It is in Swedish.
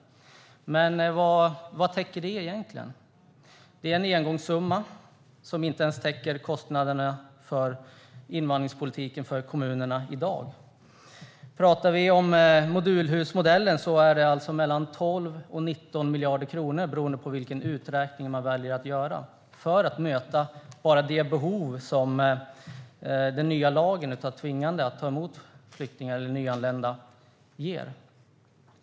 Men vad täcker det egentligen? Det är en engångssumma som inte ens täcker kostnaderna för invandringspolitiken för kommunerna i dag. I exempelvis modulhusmodellen är det en kostnad på 12-19 miljarder kronor, beroende på vilken beräkning man väljer att göra, för att möta bara de behov som den nya tvingande lagen om att ta emot nyanlända ger.